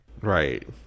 Right